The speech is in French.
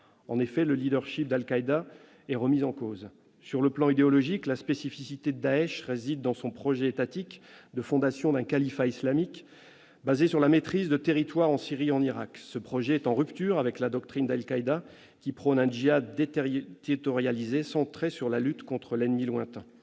En effet, le d'Al-Qaïda est remis en cause. Sur le plan idéologique, la spécificité de Daech réside dans son projet étatique de fondation d'un califat islamique, fondé sur la maîtrise de territoires en Syrie et en Irak. Ce projet est en rupture avec la doctrine d'Al-Qaïda, qui prône un djihad déterritorialisé, centré sur la lutte contre l'ennemi lointain.